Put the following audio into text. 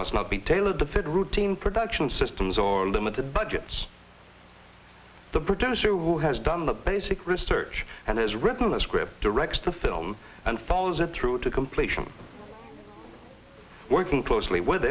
must not be tailored to fit routine production systems or limited budgets the producer who has done the basic research and has written a script directs the film and follows it through to completion working closely with